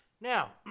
Now